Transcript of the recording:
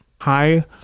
hi